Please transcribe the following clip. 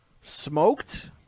Smoked